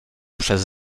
przez